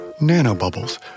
nanobubbles